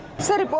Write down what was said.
sir! but